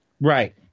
Right